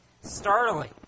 startling